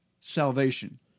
salvation